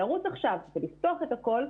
לרוץ עכשיו ולפתוח את הכול,